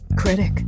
Critic